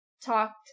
talked